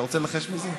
אתה רוצה לנחש מי זה?